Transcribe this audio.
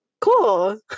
Cool